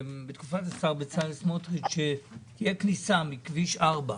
בצלאל סמוטריץ', דובר שתהיה כניסה מכביש 4,